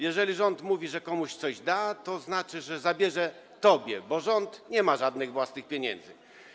Jeżeli rząd mówi, że komuś coś da, to znaczy, że zabierze tobie, bo rząd nie ma żadnych własnych pieniędzy.